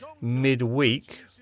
midweek